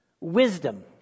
wisdom